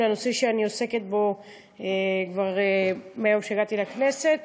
לנושא שאני עוסקת בו כבר מהיום שהגעתי לכנסת: